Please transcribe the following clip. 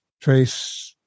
Trace